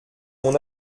mon